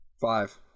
Five